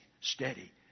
steady